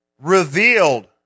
revealed